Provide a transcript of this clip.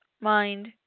mind